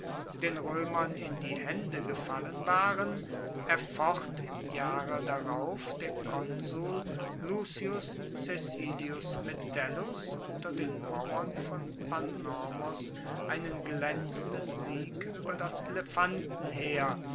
den roemern in die haende gefallen waren erfocht im jahre darauf der konsul lucius caecilius metellus unter den mauern von panormos einen glaenzenden sieg ueber das elefantenheer